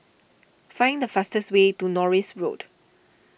find the fastest way to Norris Road